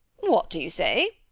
what do you say?